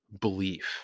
belief